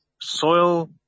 soil